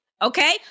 Okay